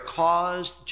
caused